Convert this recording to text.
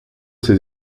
ses